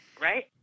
Right